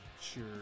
sure